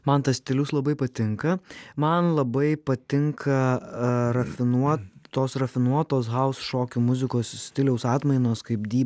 man tas stilius labai patinka man labai patinka rafinuotos rafinuotos haus šokių muzikos stiliaus atmainos kaip dybhausas